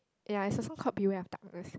ya it's a song called Beware-of-Darkness